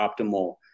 optimal